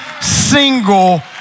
single